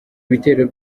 bitero